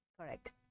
correct